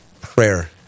prayer